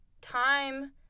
time